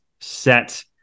set